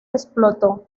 explotó